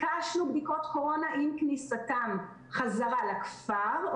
מתן בדיקות לפני כניסה בחזרה למסגרות.